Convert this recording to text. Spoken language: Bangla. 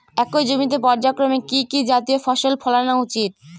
একই জমিতে পর্যায়ক্রমে কি কি জাতীয় ফসল ফলানো উচিৎ?